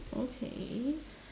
okay